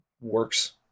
works